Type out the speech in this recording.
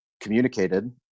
communicated